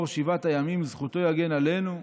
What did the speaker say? אור שבעת הימים, זכותו יגן עלינו,